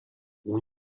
اون